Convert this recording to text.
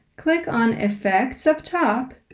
click on effects up top,